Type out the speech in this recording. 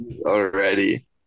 Already